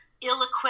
ill-equipped